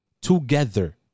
together